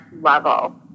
level